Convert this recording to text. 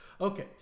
Okay